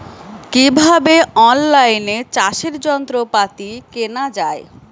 কিভাবে অন লাইনে চাষের যন্ত্রপাতি কেনা য়ায়?